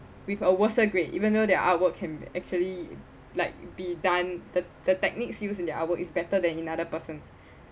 with a worser grade even though their artwork can actually like be done the the techniques used in their art work is better than another person